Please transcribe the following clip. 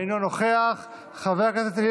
אינו נוכח, חברת הכנסת,